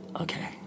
okay